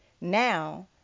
now